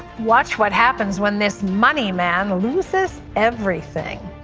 watch what happens when this moneyman loses everything.